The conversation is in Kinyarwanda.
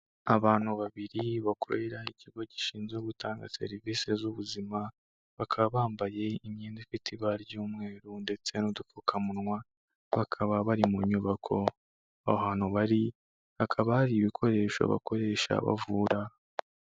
Abantu babiri bakorera ikigo gishinzwe gutanga serivisi z'ubuzima, bakaba bambaye imyenda ifite ibara ry'umweru ndetse n'udupfukamunwa, bakaba bari mu nyubako, ahantu bari hakaba hari ibikoresho bakoresha bavura.